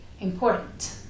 important